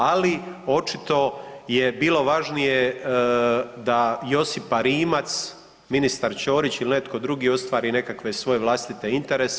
Ali očito je bilo važnije da Josipa Rimac, ministar Ćorić ili netko drugi ostvari nekakve svoje vlastite interese.